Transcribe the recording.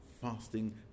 fasting